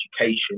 education